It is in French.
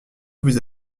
vous